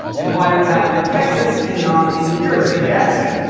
and why did it happen in texas and not in new jersey? the answer,